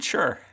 Sure